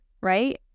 right